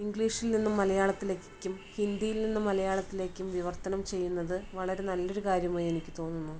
ഇംഗ്ലീഷില് നിന്നും മലയാളത്തിലേക്കും ഹിന്ദിയില് നിന്നും മലയാളത്തിലേക്കും വിവര്ത്തനം ചെയ്യുന്നത് വളരെ നല്ലൊരു കാര്യമായി എനിക്ക് തോന്നുന്നു